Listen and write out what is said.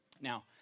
now